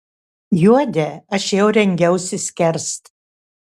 juodę aš jau rengiausi skerst